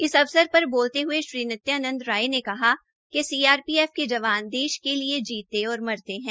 इस अवसर पर बोलते हये श्री नित्यानंद राय ने कहा कि सीआरपीएफ के जवान देश के लिये जीते और मरते है